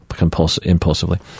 impulsively